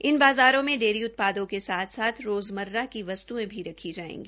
इन बाज़ारों में डेयरी उत्पादों के साथ साथ रोज़मर्रा की वस्त्यें भी रखी जायेगी